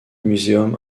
museum